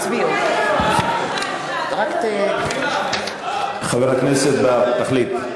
שכן, חבר הכנסת בר, תחליט.